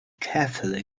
carefully